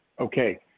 Okay